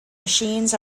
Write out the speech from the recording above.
machines